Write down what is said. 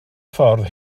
ffordd